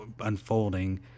unfolding